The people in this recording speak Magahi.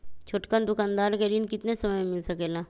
छोटकन दुकानदार के ऋण कितने समय मे मिल सकेला?